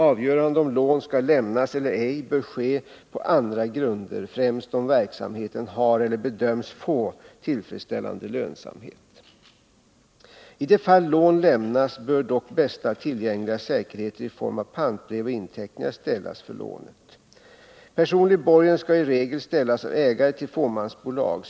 Avgörande om lån skall lämnas eller ej bör ske på andra grunder, främst om verksamheten har eller bedöms få tillfredsställande lönsamhet. I de fall lån lämnas bör dock bästa tillgängliga säkerheter i form av pantbrev och inteckningar ställas för lånet. Personlig borgen skall i regel ställas av ägare till fåmansbolag.